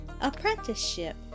Apprenticeship